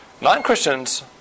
Non-Christians